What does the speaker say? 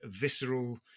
visceral